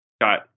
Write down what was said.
got